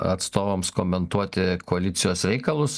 atstovams komentuoti koalicijos reikalus